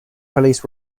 police